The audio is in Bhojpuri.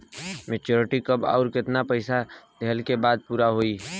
मेचूरिटि कब आउर केतना पईसा देहला के बाद पूरा होई?